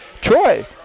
Troy